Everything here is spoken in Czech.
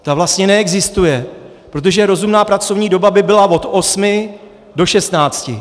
Ta vlastně neexistuje, protože rozumná pracovní doba by byla od 8 do 16.